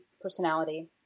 personality